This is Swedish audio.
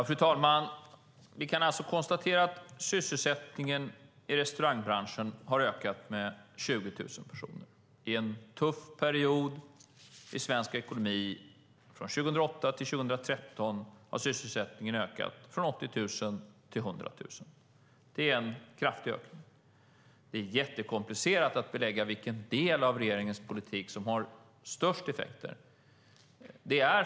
Fru talman! Vi kan alltså konstatera att sysselsättningen i restaurangbranschen har ökat med 20 000 personer. I en tuff period i svensk ekonomi, från 2008 till 2013, har sysselsättningen ökat från 80 000 till 100 000. Det är en kraftig ökning. Det är jättekomplicerat att belägga vilken del av regeringens politik som har haft störst effekter.